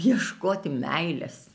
ieškoti meilės